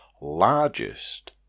largest